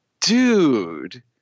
dude